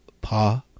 Pa